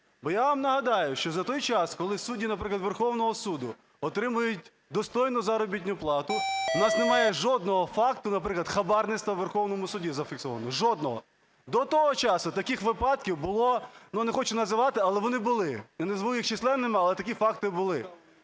Бо я вам нагадаю, що за той час, коли судді, наприклад, Верховного Суду отримують достойну заробітну плату, в нас немає жодного факту, наприклад, хабарництва в Верховному Суді зафіксованого. Жодного. До того часу таких випадків було, ну, не хочу називати, але вони були. Я не назву їх численними, але такі факти були.